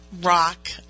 Rock